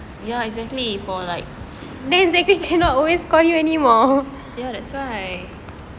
ya exactly for like ya that's why